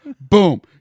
boom